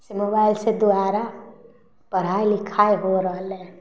से मोबाइलसँ द्वारा पढ़ाइ लिखाइ हो रहलै